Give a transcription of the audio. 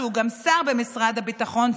שהוא גם שר במשרד הביטחון,